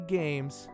games